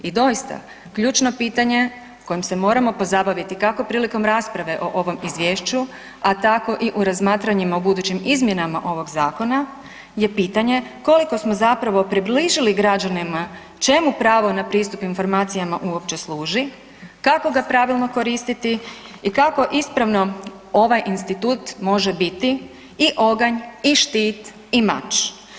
I doista, ključno pitanje kojim se moramo pozabaviti, kako prilikom rasprave o ovom Izvješću, a tako i u razmatranjima o budućim izmjenama ovog zakona, je pitanje koliko smo zapravo približili građanima, čemu pravo na pristup informacijama uopće služi, kako ga pravilno koristiti i kako ispravno ovaj institut može biti i oganj i štit i mač.